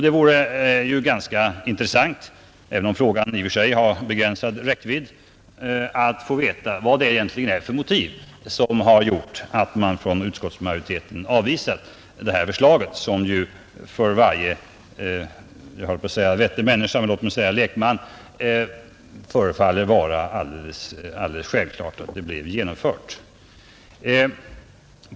Det vore intressant att få veta vilka motiv som egentligen gjort att utskottsmajoriteten avvisar detta förslag.